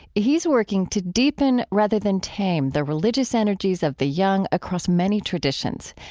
he is working to deepen, rather than tame the religious energies of the young across many traditions.